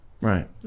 right